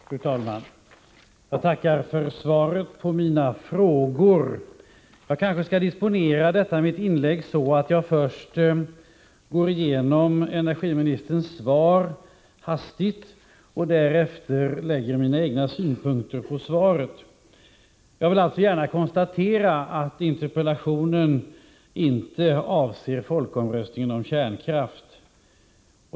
Fru talman! Jag tackar för svaret på mina frågor. Jag kanske skall disponera detta mitt inlägg så, att jag först hastigt går igenom energiministerns svar och därefter anlägger mina egna synpunkter på svaret. Jag vill gärna konstatera att interpellationen inte avser folkomröstningen om kärnkraft.